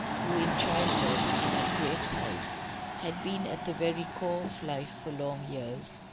who in child-bed and at gravesides had been at the very core of life for long years,